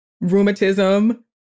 rheumatism